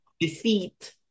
Defeat